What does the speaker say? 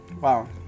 wow